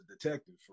detective